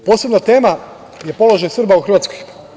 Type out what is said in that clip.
Posebna tema je položaj Srba u Hrvatskoj.